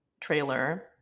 trailer